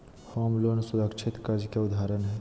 home loan सुरक्षित कर्ज के उदाहरण हय